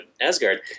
asgard